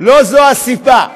לא זאת הסיבה.